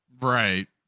Right